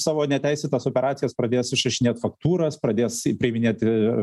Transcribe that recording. savo neteisėtas operacijas pradės išrašinėt faktūras pradės priiminėti